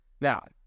Now